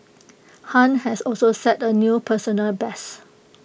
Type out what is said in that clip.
han has also set A new personal best